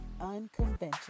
unconventional